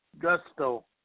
gusto